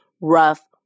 rough